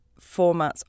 formats